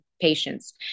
patients